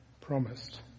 promised